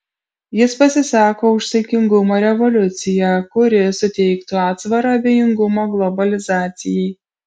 jis pasisako už saikingumo revoliuciją kuri suteiktų atsvarą abejingumo globalizacijai